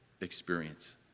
experience